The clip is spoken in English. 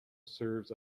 serves